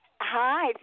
Hi